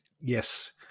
yes